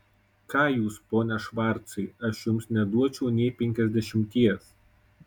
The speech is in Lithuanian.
ką jūs pone švarcai aš jums neduočiau nė penkiasdešimties